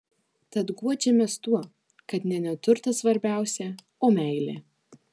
tad guodžiamės tuo kad ne neturtas svarbiausia o meilė